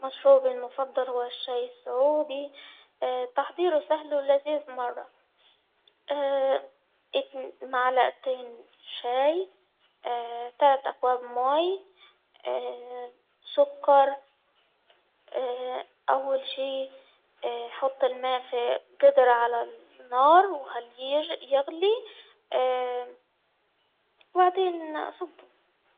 مشروبي المفضل هو الشاي السعودي، تحضيره سهل ولذيذ مرة، اتنين- معلأتين شاي ثلاث أكواب ماي، سكر، أول شيء حط الماء في جدرعلي النار وخلية يغلي وبعدين أصبة.